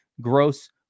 gross